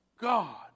God